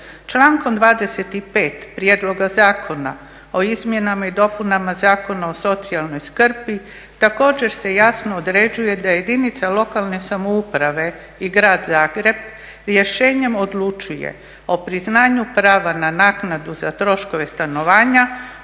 Člankom 25.prijedloga zakona o izmjenama i dopunama Zakona o socijalnoj skrbi također se jasno određuje da jedinice lokalne samouprave i grad Zagreb rješenjem odlučuje o priznanju prava na naknadu za troškove stanovanja